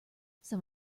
some